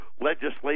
legislation